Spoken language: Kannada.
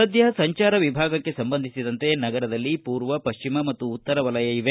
ಸದ್ಯ ಸಂಚಾರ ವಿಭಾಗಕ್ಕೆ ಸಂಬಂಧಿಸಿದಂತೆ ನಗರದಲ್ಲಿ ಪೂರ್ವ ಪಶ್ಚಿಮ ಮತ್ತು ಉತ್ತರ ವಲಯ ಇವೆ